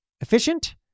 efficient